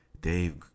dave